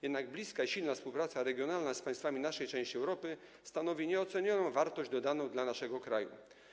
Jednak bliska i silna współpraca regionalna z państwami naszej części Europy stanowi nieocenioną wartość dodaną dla naszego kraju.